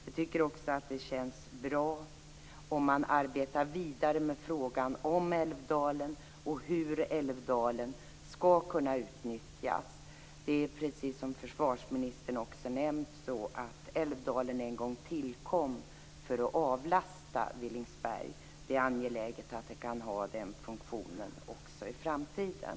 Jag tycker också att det skulle kännas bra om man arbetade vidare med frågan om Älvdalen och hur Älvdalen skall kunna utnyttjas. Precis som försvarsministern nämnt tillkom Älvdalens fält en gång för att avlasta Villingsberg. Det är angeläget att det kan ha den funktionen också i framtiden.